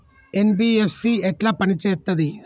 NBFC ఎట్ల పని చేత్తది?